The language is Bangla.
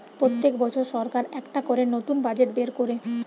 পোত্তেক বছর সরকার একটা করে নতুন বাজেট বের কোরে